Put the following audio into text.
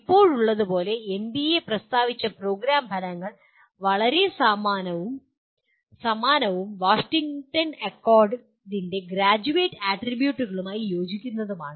ഇപ്പോഴുള്ളതുപോലെ NBA പ്രസ്താവിച്ച program ഫലങ്ങൾ വളരെ സമാനവും വാഷിംഗ്ടൺ അക്കോഡിന്റെ ഗ്രാജ്വേറ്റ് ആട്രിബ്യൂട്ടുകളുമായി യോജിക്കുന്നതുമാണ്